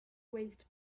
waste